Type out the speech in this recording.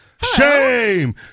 Shame